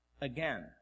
again